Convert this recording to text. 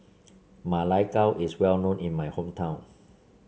Ma Lai Gao is well known in my hometown